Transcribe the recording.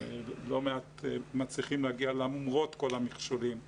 לא מעט מצליחים להגיע למרות כל המכשולים לאקדמיה.